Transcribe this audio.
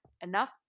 enough